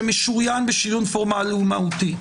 שמשוריין בשריון פורמלי ומהותי.